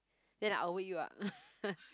then I will wake you up